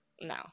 No